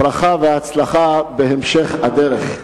ברכה והצלחה בהמשך הדרך.